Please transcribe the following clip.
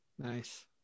Nice